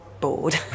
bored